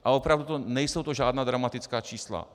Ale opravdu to nejsou žádná dramatická čísla.